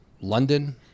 London